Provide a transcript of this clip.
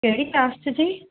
ਕਿਹੜੀ ਕਲਾਸ 'ਚ ਜੀ